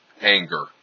Anger